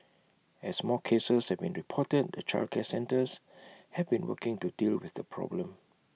as more cases have been reported the childcare centres have been working to deal with the problem